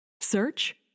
Search